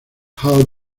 how